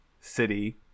city